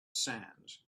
sands